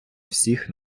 всіх